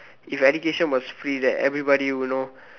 if education was free that everybody you know